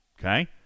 okay